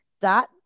dot